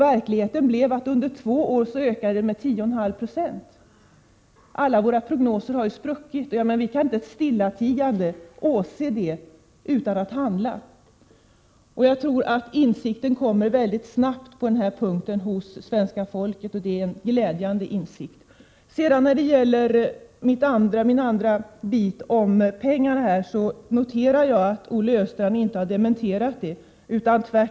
Verkligheten blev att det under två år ökade med 10,5 26. Alla våra prognoser har spruckit, och vi kan inte stillatigande åse det, utan vi måste handla. Jag tror att denna insikt kommer fram ganska snabbt hos det svenska folket, och det är glädjande. När det sedan gäller pengarna noterar jag att Olle Östrand inte har dementerat den uppgiften.